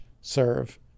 serve